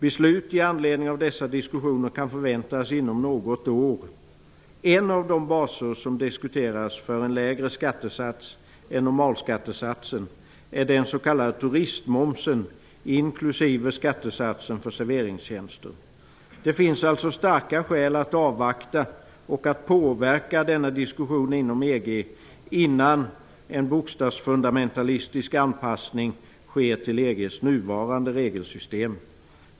Beslut i anledning av dessa diskussioner kan förväntas inom något år. Ett område där man diskuterar en lägre skattesats än normalskattesatsen är den s.k. turistmomsen inklusive serveringstjänster. Det finns alltså starka skäl att avvakta och påverka denna diskussion inom EG innan en bokstavsfundamentalistisk anpassning sker till EG:s nuvarande regelsystem.